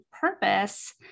purpose